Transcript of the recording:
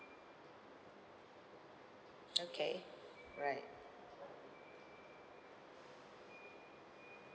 okay alright